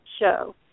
show